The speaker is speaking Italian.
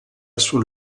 sul